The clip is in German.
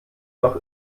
noch